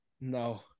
No